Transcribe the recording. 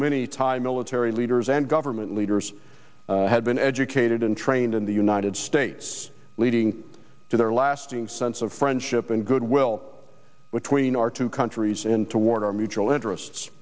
many time military leaders and government leaders had been educated and trained in the united states leading to their lasting sense of friendship and goodwill between our two countries and toward our mutual interests